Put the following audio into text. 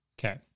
Okay